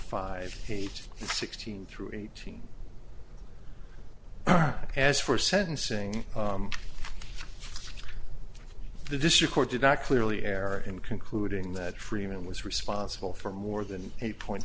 five eight sixteen through eighteen as for sentencing the district court did not clearly error in concluding that freeman was responsible for more than eight point